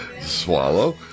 Swallow